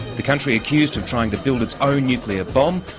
the country accused of trying to build its own nuclear bomb,